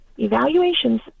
evaluations